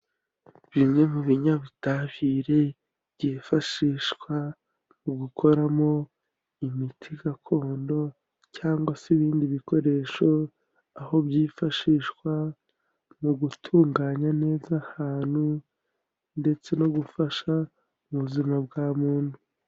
Bimwe mu binyabutabire byifashishwa mu gukoramo imiti gakondo, cyangwa se ibindi bikoresho, aho byifashishwa mu gutunganya neza ahantu, ndetse no gufasha mu buzima bwa muntu.